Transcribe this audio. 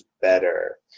better